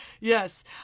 yes